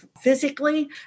physically